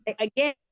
again